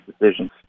decisions